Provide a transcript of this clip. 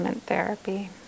therapy